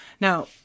Now